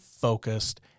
focused